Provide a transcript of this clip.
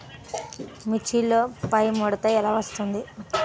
మిర్చిలో పైముడత ఎలా వస్తుంది?